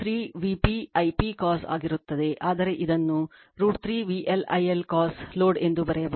ಆದರೆ ಇದನ್ನು √ 3 VL I L cos load ಎಂದು ಬರೆಯಬಹುದು